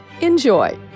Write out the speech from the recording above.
Enjoy